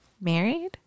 married